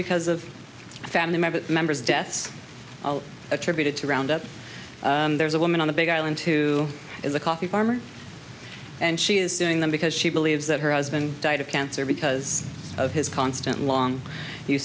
because of family members members deaths attributed to round up there's a woman on the big island too is a coffee farmer and she is suing them because she believes that her husband died of cancer because of his constant long